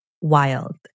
wild